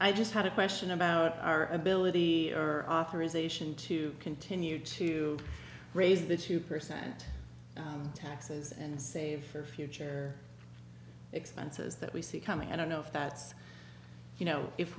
i just had a question about our ability or authorization to continue to raise the two percent taxes and save for future expenses that we see coming i don't know if that's you know if